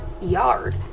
yard